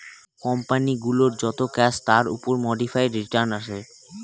company গুলোর যত cash তার উপর মোডিফাইড রিটার্ন আসে